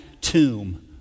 tomb